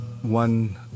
One